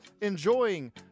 enjoying